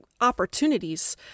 Opportunities